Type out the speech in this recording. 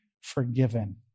forgiven